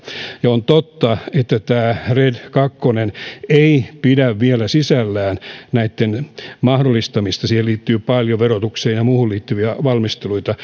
on totta että tämä red kaksi ei pidä vielä sisällään näitten mahdollistamista ja siihen liittyy paljon verotukseen ja muuhun liittyviä valmisteluita